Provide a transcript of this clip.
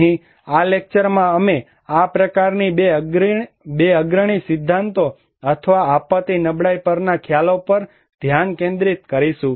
અહીં આ લેકચરમાં અમે આ પ્રકારની બે અગ્રણી સિદ્ધાંતો અથવા આપત્તિ નબળાઈ પરના ખ્યાલો પર ધ્યાન કેન્દ્રિત કરીશું